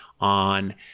on